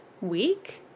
week